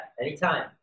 anytime